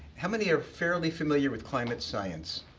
how many are fairly familiar with climate science?